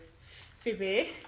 Phoebe